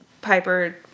Piper